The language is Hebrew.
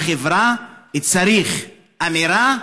בחברה צריך אמירה,